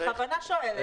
אני בכוונה שואלת.